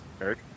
Eric